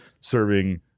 serving